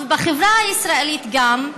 ובחברה הישראלית גם,